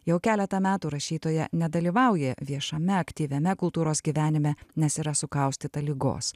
jau keletą metų rašytoja nedalyvauja viešame aktyviame kultūros gyvenime nes yra sukaustyta ligos